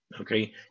okay